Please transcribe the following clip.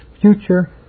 future